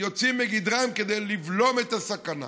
יוצאים מגדרם כדי לבלום את הסכנה.